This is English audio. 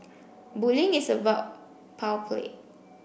bullying is about power play